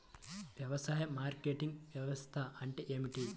వ్యవసాయ మార్కెటింగ్ వ్యవస్థ అంటే ఏమిటి?